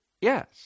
Yes